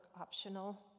optional